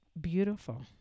beautiful